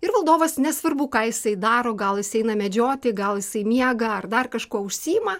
ir valdovas nesvarbu ką jisai daro gal jis eina medžioti gal jisai miega ar dar kažkuo užsiima